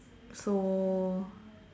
so